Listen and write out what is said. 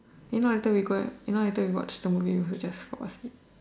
then not later we go and if not later we watch the movie we also just fall asleep